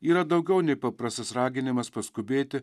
yra daugiau nei paprastas raginimas paskubėti